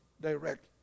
direct